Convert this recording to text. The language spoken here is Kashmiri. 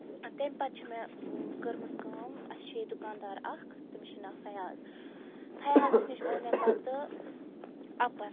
ٲں تَمہِ پَتہٕ چھِ مےٚ کٔرمٕژ کٲم اسہِ چھُ ییٚتہِ دُکاندار اَکھ تٔمِس چھُ ناو فیاض فیاضَس نِش اوٚن مےٚ پَتہٕ اَپَر